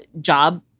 job